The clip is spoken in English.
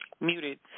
Muted